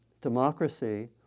democracy